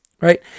right